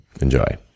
Enjoy